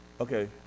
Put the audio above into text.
Okay